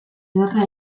ederra